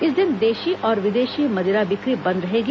इस दिन देशी और विदेशी मदिरा बिक्री बंद रहेगी